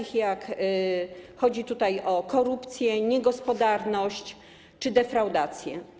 Chodzi tutaj o korupcję, niegospodarność czy defraudację.